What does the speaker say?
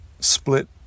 split